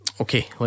Okay